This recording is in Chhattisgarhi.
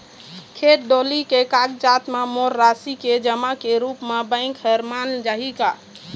खेत डोली के कागजात म मोर राशि के जमा के रूप म बैंक हर मान जाही का?